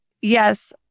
yes